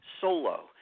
solo